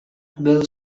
bill